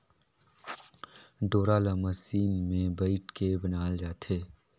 डोरा ल मसीन मे बइट के बनाल जाथे